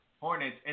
Hornets